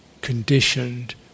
conditioned